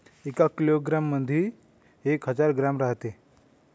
एका किलोग्रॅम मंधी एक हजार ग्रॅम रायते